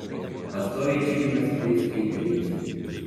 pastoviai čilina su tais skeiteriais